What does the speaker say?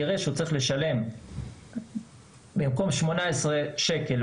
יראה שהוא צריך לשלם 18.90 במקום 18 שקל,